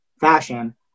fashion